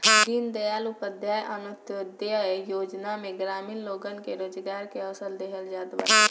दीनदयाल उपाध्याय अन्त्योदय योजना में ग्रामीण लोगन के रोजगार के अवसर देहल जात बाटे